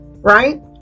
right